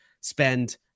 spend